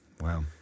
Wow